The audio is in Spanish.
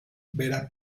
vera